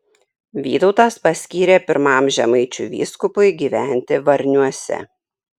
vytautas paskyrė pirmam žemaičių vyskupui gyventi varniuose